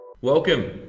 Welcome